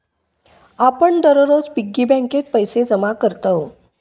आपण दररोज पिग्गी बँकेत पैसे जमा करतव